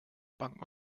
banken